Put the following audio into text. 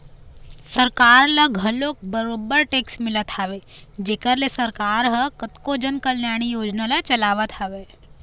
सरकार ल घलोक बरोबर टेक्स मिलत हवय जेखर ले सरकार ह कतको जन कल्यानकारी योजना चलावत हवय